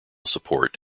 support